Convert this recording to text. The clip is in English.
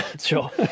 Sure